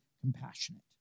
compassionate